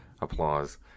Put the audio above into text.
applause